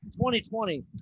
2020